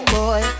boy